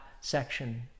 section